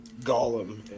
Gollum